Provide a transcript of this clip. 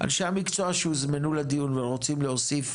אנשי המקצוע שהוזמנו לדיון ורוצים להוסיף